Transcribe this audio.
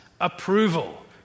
approval